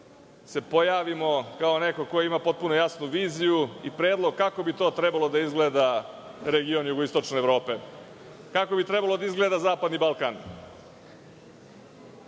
se pojavimo kao neko ko ima potpuno jasnu viziju i predlog kako bi to trebalo da izgleda region jugoistočne Evrope, kako bi trebalo da izgleda zapadni Balkan